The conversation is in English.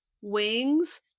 Wings